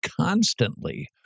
constantly